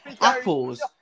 Apples